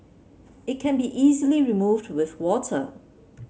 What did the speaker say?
it can be easily removed with water